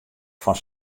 fan